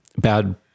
bad